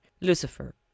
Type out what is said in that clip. Lucifer